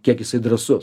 kiek jisai drąsus